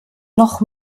noch